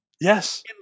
Yes